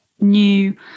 new